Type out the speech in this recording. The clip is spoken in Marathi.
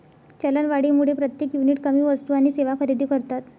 चलनवाढीमुळे प्रत्येक युनिट कमी वस्तू आणि सेवा खरेदी करतात